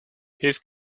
his